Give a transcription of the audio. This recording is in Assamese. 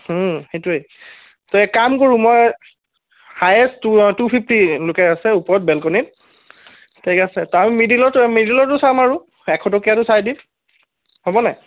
সেইটোৱেই তো এক কাম কৰোঁ মই হায়েষ্ট টু টু ফিফ্টিলৈকে আছে ওপৰত বেলকনিত ঠিক আছে মিডিলৰ মিডিলৰটো চাম আৰু এশটকীয়াটো চাই দিম হ'ব নাই